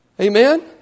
Amen